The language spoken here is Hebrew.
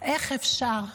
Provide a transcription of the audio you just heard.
איך אפשר?